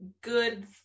good